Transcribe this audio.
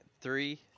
Three